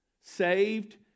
saved